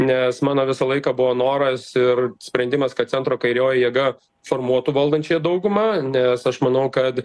nes mano visą laiką buvo noras ir sprendimas kad centro kairioji jėga formuotų valdančiąją daugumą nes aš manau kad